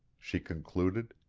she concluded,